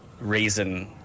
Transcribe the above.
reason